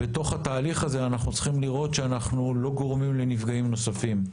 ובתוך התהליך הזה אנחנו צריכים לראות שאנחנו לא גורמים לנפגעים נוספים.